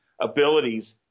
abilities